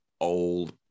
old